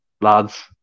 lads